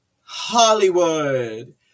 Hollywood